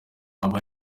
aba